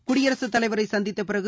குடியரசுத்தலைவரை சந்தித்த பிறகு